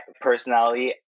personality